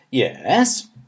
Yes